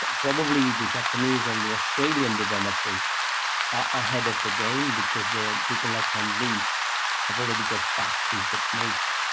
ah probably the japanese and the australian developers ahead of the game because the people like lendlease have already got factories that make.